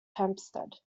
hempstead